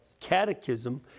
catechism